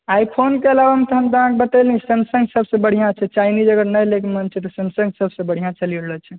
आइफ़ोनके अलावा हम तऽ अहाँकेँ बतेलहुँ सैमसंग सभसँ बढ़िआँ छै चाइनीज़ अगर नहि लै के मोन छै तऽ सैमसंग सभसँ बढ़िआँ चलयवला छै